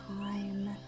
time